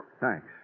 Thanks